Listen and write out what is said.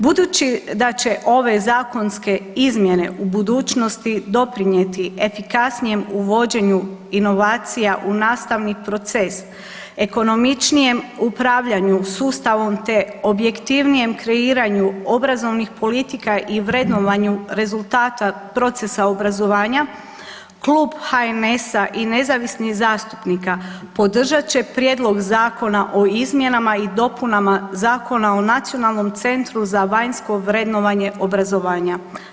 Budući da će ove zakonske izmjene u budućnosti doprinijeti efikasnijem uvođenju inovacija u nastavni proces, ekonomičnijem upravljanju sustavom te objektivnijem kreiranju obrazovnih politika i vrednovanju rezultata procesa obrazovanja, klub HNS-a i nezavisnih zastupnika podržat će Prijedlog zakona o izmjenama i dopunama Zakona o Nacionalnom centru za vanjsko vrednovanje obrazovanja.